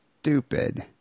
stupid